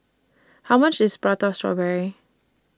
How much IS Prata Strawberry